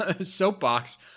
soapbox